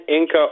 Inca